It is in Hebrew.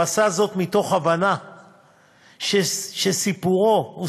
הוא עשה זאת מתוך הבנה שסיפורו הוא